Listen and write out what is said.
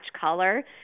color